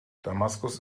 damaskus